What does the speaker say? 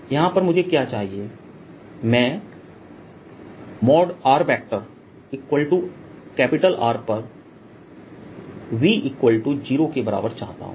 यहां पर मुझे क्या चाहिए मैंrRपर V0 के बराबर चाहता हूं